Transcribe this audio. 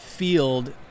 field